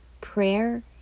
prayer